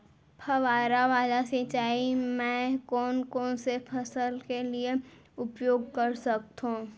फवारा वाला सिंचाई मैं कोन कोन से फसल के लिए उपयोग कर सकथो?